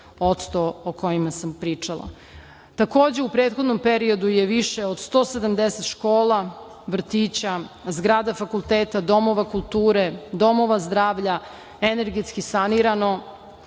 do 90% o kojima sam pričala. Takođe, u prethodnom periodu je više od 170 škola, vrtića, zgrada fakulteta, domova kulture, domova zdravlja, energetski sanirano,